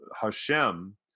Hashem